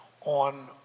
on